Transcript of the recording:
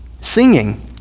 singing